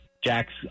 Jack's